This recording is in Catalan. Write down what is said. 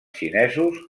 xinesos